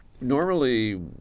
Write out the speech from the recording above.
Normally